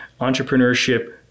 entrepreneurship